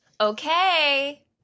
Okay